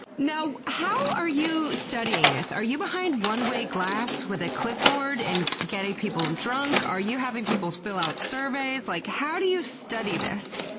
now, how are you studying this? are you behind one-way glass with a clipboard and getting people drunk? are you having people fill out surveys? like how do you study this?